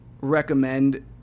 recommend